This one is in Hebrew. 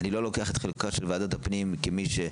אני לא לוקח את חלקה של ועדת הפנים כרגולטור,